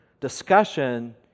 discussion